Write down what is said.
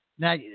Now